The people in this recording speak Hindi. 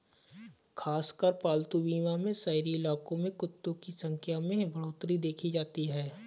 खासकर पालतू बीमा में शहरी इलाकों में कुत्तों की संख्या में बढ़ोत्तरी देखी जाती है